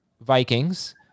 Vikings